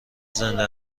زنده